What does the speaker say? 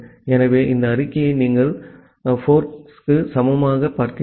ஆகவே இந்த அறிக்கையை நீங்கள் போர்க்குக்கு சமமாகப் பார்க்கிறீர்கள்